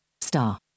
star